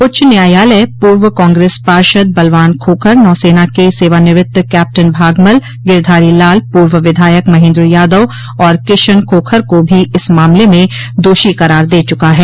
उच्च न्यायालय पूर्व कांग्रेस पार्षद बलवान खोखर नौसेना के सेवानिवृत्त कैप्टन भागमल गिरधारी लाल पूर्व विधायक महेन्द्र यादव और किशन खोखर को भी इस मामले में दोषी करार दे चुका है